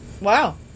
Wow